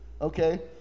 okay